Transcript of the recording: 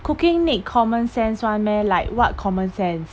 cooking need common sense one meh like what common sense